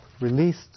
released